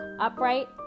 Upright